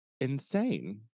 insane